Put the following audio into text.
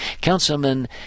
Councilman